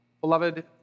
Beloved